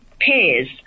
pairs